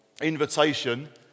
invitation